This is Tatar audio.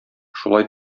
шулай